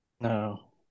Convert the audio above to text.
No